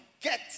get